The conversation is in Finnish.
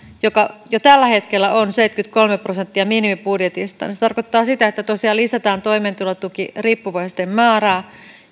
joka jo tällä hetkellä on seitsemänkymmentäkolme prosenttia minimibudjetista se tarkoittaa sitä että tosiaan lisätään toimeentulotukiriippuvaisten määrää